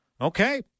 Okay